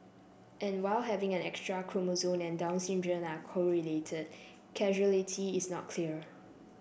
and while having an extra chromosome and Down syndrome are correlated causality is not clear